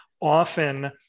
often